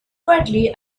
quietly